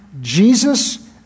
Jesus